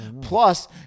plus